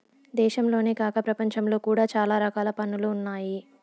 దేశంలోనే కాక ప్రపంచంలో కూడా చాలా రకాల పన్నులు ఉన్నాయి